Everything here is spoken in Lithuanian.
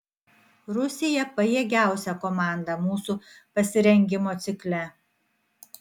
rusija pajėgiausia komanda mūsų pasirengimo cikle